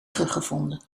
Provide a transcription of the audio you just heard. teruggevonden